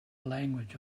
language